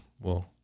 we'll-